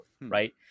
right